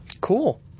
Cool